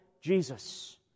Jesus